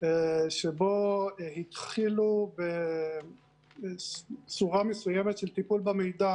שבו התחילו בצורה מסוימת של טיפול במידע